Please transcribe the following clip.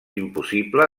impossible